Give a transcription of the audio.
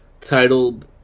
titled